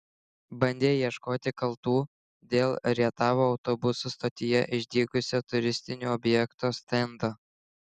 bandė ieškoti kaltų dėl rietavo autobusų stotyje išdygusio turistinių objektų stendo